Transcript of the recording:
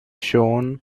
shown